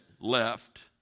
left